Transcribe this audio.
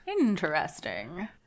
Interesting